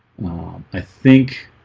well, um i think